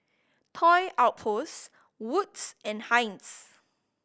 Toy Outpost Wood's and Heinz